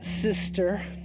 sister